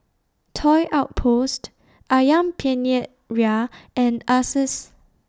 Toy Outpost Ayam Penyet Ria and Asus